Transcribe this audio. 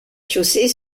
chaussée